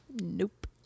Nope